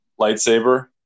lightsaber